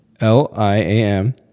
L-I-A-M